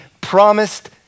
promised